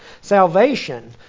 Salvation